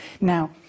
Now